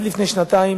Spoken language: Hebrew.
עד לפני שנתיים,